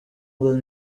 will